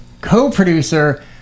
co-producer